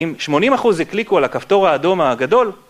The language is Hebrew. אם 80% הקליקו על הכפתור האדום הגדול,